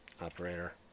operator